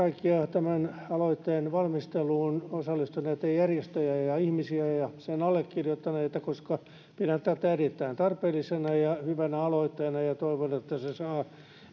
tämän aloitteen valmisteluun osallistuneita järjestöjä ja ja ihmisiä ja sen allekirjoittaneita koska pidän tätä erittäin tarpeellisena ja hyvänä aloitteena ja toivon että se saa